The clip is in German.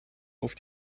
auf